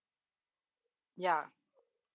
ya